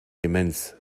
demenz